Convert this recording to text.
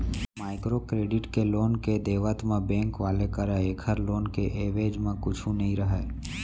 micro credit के loan के देवत म बेंक वाले करा ऐखर लोन के एवेज म कुछु नइ रहय